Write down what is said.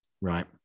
Right